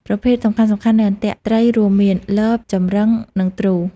ប្រភេទសំខាន់ៗនៃអន្ទាក់ត្រីរួមមាន លប ចម្រឹង និងទ្រូ។